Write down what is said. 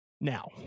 Now